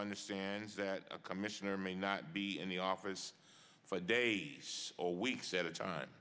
understands that a commissioner may not be in the office for days or weeks at a time